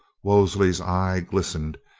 wolseley's eye glistened,